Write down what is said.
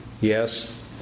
yes